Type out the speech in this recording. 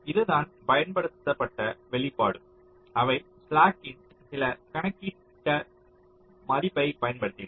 இதுதான் பயன்படுத்தப்பட்ட வெளிப்பாடு அவை ஸ்லாக் இன் சில கணக்கிடப்பட்ட மதிப்பை பயன்படுத்தின